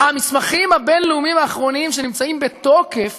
המסמכים הבין-לאומיים האחרונים שנמצאים בתוקף